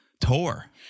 tour